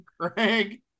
Craig